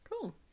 Cool